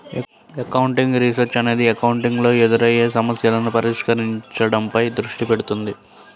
accounting research అనేది accounting లో ఎదురయ్యే సమస్యలను పరిష్కరించడంపై దృష్టి పెడుతుంది